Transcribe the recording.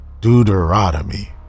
Deuteronomy